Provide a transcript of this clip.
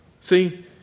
See